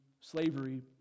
slavery